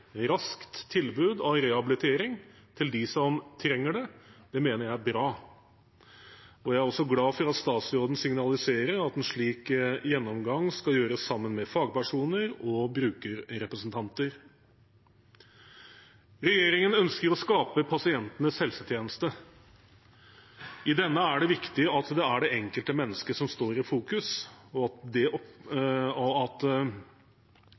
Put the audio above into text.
raskt tilbud om rehabilitering til dem som trenger det, mener jeg er bra. Jeg er også glad for at statsråden signaliserer at en slik gjennomgang skal gjøres sammen med fagpersoner og brukerrepresentanter. Regjeringen ønsker å skape pasientenes helsetjeneste. I denne er det viktig at det er det enkelte mennesket som står i fokus, og at det legges opp